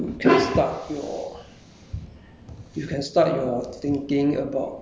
ya then after you when you are more and more used to it then you can start your